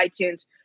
iTunes